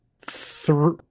three